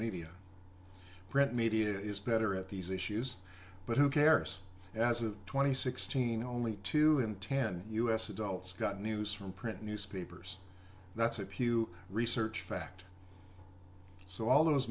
media print media is better at these issues but who cares as of twenty sixteen only two in ten us adults got news from print newspapers that's a pew research fact so all those